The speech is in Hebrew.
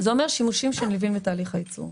זה אומר שימושים נלווים לצורך הייצור?